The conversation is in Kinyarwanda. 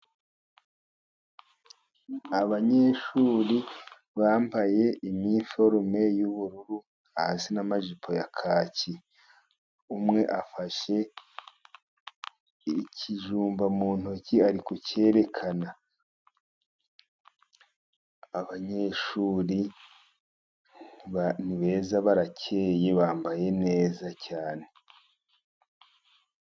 Abanyeshuri bambaye iniforume y'uburu hasi n'amajipo ya kaki, umwe afashe ikijumba mu ntoki ari ku cyerekana, abanyeshuri ni beza barakeye, bambaye neza cyane.